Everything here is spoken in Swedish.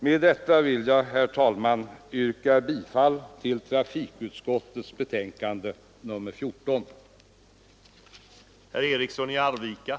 Herr talman! Med det anförda vill jag yrka bifall till utskottets hemställan i trafikutskottets betänkande nr 14.